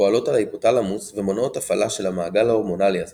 פועלות על ההיפותלמוס ומונעות הפעלה של המעגל ההורמונלי הזה